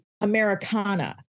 Americana